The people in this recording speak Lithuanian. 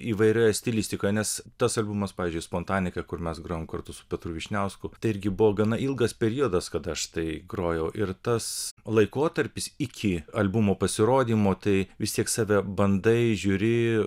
įvairioje stilistikoje nes tas albumas pavyzdžiui spontanika kur mes grojom kartu su petru vyšniausku tai irgi buvo gana ilgas periodas kada aš tai grojau ir tas laikotarpis iki albumo pasirodymo tai vis tiek save bandai žiūri